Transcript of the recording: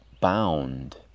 bound